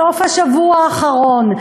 סוף-השבוע האחרון,